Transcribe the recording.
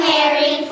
Mary